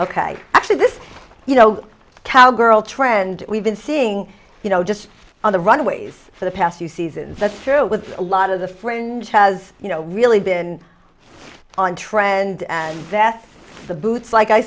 ok actually this you know cowgirl trend we've been seeing you know just on the runways for the past few seasons that's true with a lot of the fringe has you know really been on trend and that's the boots like i